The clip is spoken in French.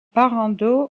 barrandov